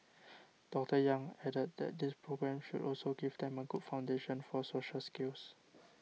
Doctor Yang added that these programmes should also give them a good foundation for social skills